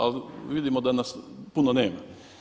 Ali vidimo da nas puno nema.